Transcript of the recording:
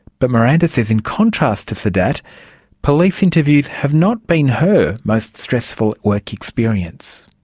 but miranda says in contrast to sedat, police interviews have not been her most stressful work experience.